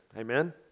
Amen